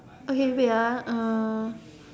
okay wait ah uh